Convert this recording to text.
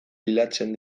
bilatzen